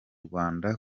rwanda